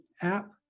app